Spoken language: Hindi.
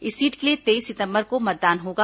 इस सीट के लिए तेईस सितंबर को मतदान होगा